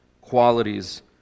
qualities